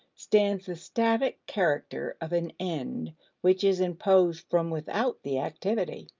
stands the static character of an end which is imposed from without the activity.